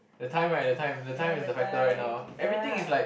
the time right the time the time is the factor right now everything is like